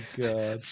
god